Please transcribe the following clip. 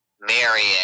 Marion